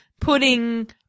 putting